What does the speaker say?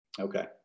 Okay